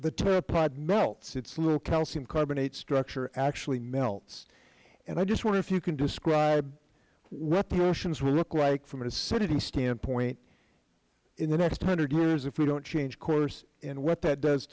the pterapod melts its little calcium carbonate structure actually melts and i just wonder if you can describe what the oceans will look like from an acidity standpoint in the next hundred years if we don't change course and what that does